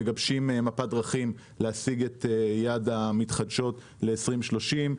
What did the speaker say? מגבשים מפת דרכים להשיג את יעד המתחדשות ל-2030.